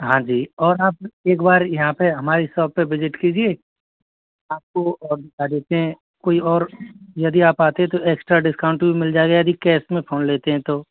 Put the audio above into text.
हाँ जी और आप एक बार यहाँ पे हमारी शॉप पे विजिट कीजिए आपको और भी सारे से कोई और यदि आप आते तो एक्स्ट्रा डिस्काउंट मिल जाएगा यदि कैश में फोन लेते हैं तो